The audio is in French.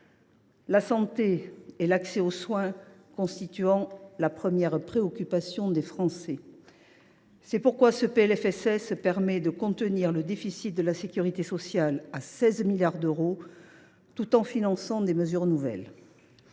la santé et l’accès aux soins constituent la première préoccupation des Français. C’est pourquoi ce PLFSS vise à contenir le déficit de la sécurité sociale à 16 milliards d’euros tout en finançant des mesures nouvelles.